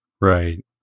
right